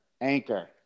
anchor